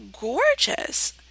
gorgeous